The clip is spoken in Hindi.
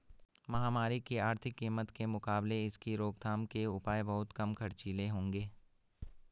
महामारी की आर्थिक कीमत के मुकाबले इसकी रोकथाम के उपाय बहुत कम खर्चीले होंगे